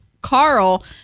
Carl